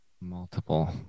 Multiple